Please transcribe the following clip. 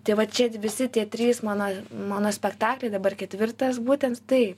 tai va čia visi tie trys mano monospektakliai dabar ketvirtas būtent taip